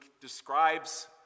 describes